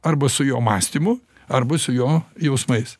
arba su jo mąstymu arba su jo jausmais